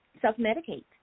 self-medicate